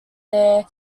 their